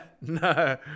no